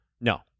No